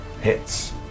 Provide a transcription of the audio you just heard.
Hits